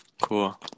Cool